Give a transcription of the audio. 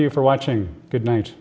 you for watching good night